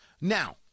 Now